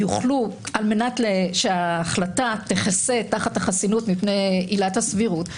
על מנת שההחלטה תחסה תחת החסינות מפני עילת הסבירות,